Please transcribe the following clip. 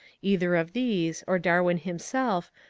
either of these, or darwin himself,